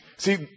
See